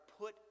put